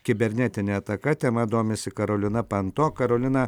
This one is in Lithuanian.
kibernetinė ataka tema domisi karolina panto karolina